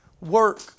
work